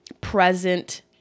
present